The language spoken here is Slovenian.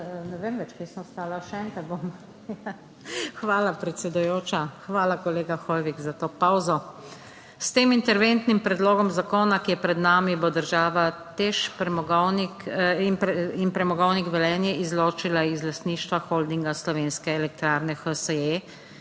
ne vem več kje sem ostala, še enkrat bom. Hvala predsedujoča. Hvala kolega Hoivik za to pavzo. S tem interventnim predlogom zakona, ki je pred nami, bo država TEŠ, premogovnik in Premogovnik Velenje izločila iz lastništva Holdinga Slovenske elektrarne HSE,